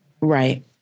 right